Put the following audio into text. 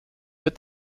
wird